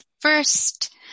first